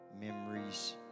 memories